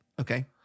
Okay